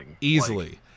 Easily